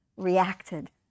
reacted